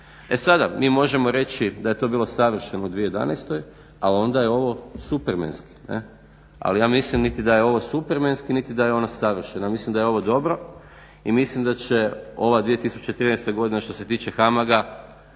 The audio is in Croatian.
E sada mi možemo reći da je to bilo savršeno u 2011. al onda je ovo supermenski, ali ja mislim da niti je ovo supermenski niti da je ono savršeno. Ja mislim da je ovo dobro i mislim da će ova 2013. godina što se tiče HAMAG-a